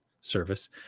service